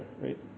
right